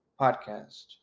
podcast